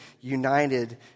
united